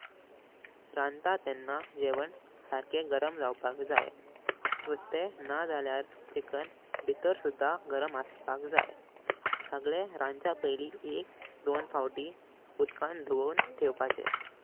रंता तेंना घेऊन सर्खे गरम ज़वपक जाई। नुस्ते नाज़ल्यर चिकन भीतर सुद्धा गरम असपक जाई। सगळे रांचा पैली एक दोन फावती उदकां धुवून ठेवपाचे।